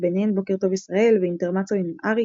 ביניהן בוקר טוב ישראל ואינטרמצו עם אריק.